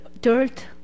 dirt